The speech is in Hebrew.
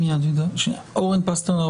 אורן פסטרנק,